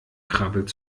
krabbelt